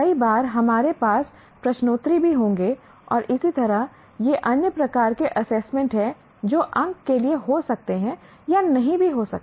कई बार हमारे पास प्रश्नोत्तरी भी होंगे और इसी तरह ये अन्य प्रकार के असेसमेंट हैं जो अंक के लिए हो सकते हैं या नहीं भी हो सकते